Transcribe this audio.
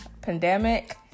pandemic